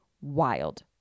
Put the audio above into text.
wild